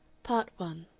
part one